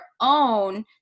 own